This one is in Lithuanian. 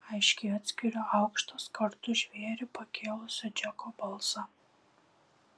aiškiai atskiriu aukštą skardų žvėrį pakėlusio džeko balsą